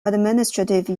administrative